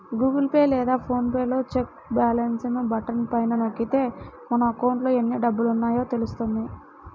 Google Pay లేదా PhonePe లో check balance button పైన నొక్కితే మన అకౌంట్లో ఎన్ని డబ్బులున్నాయో తెలుస్తుంది